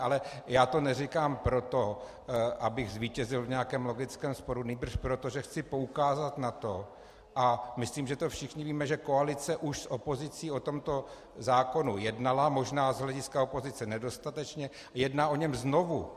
Ale já to neříkám proto, abych zvítězil v nějakém logickém sporu, nýbrž proto, že chci poukázat na to, a myslím, že to všichni víme, že koalice už s opozicí o tomto zákonu jednala, možná z hlediska opozice nedostatečně, a jedná o něm znovu.